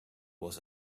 was